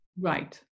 right